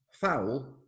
foul